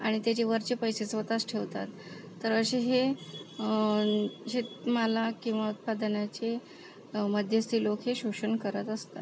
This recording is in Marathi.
आणि ते जे वरचे पैसे स्वतःच ठेवतात तर अशे हे शेतमाल किंवा उत्पादनाचे मध्यस्थी लोक हे शोषण करत असतात